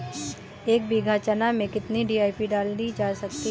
एक बीघा चना में कितनी डी.ए.पी डाली जा सकती है?